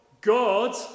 God